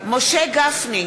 משה גפני,